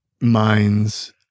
minds